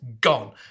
gone